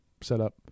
setup